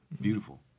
beautiful